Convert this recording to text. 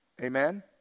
Amen